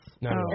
No